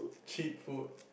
cheap food